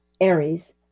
Aries